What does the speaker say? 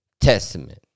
testament